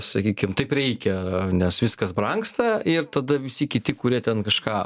sakykim taip reikia nes viskas brangsta ir tada visi kiti kurie ten kažką